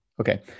Okay